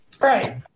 Right